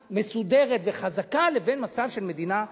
מסודרת וחזקה לבין מצב של מדינה שהיא,